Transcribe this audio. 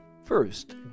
First